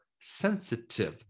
sensitive